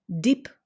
Deep